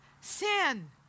sin